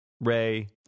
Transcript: Ray